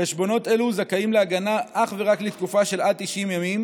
חשבונות אלו זכאים להגנה אך ורק לתקופה של עד 90 ימים.